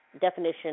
definition